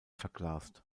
verglast